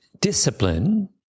discipline